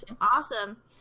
awesome